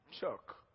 Chuck